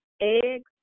eggs